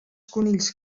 conills